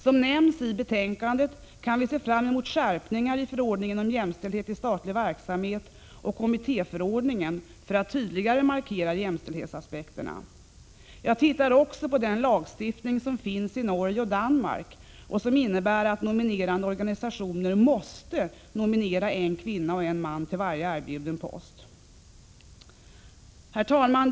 Som nämns i betänkandet kan vi se fram emot skärpningar i förordningen om jämställdhet i statlig verksamhet och kommittéförordningen för att tydligare markera jämställdhetsaspekterna. Jag tittar också på den lagstiftning som finns i Norge och Danmark och som innebär att nominerande organisationer måste nominera en kvinna och en man till varje erbjuden post. Herr talman!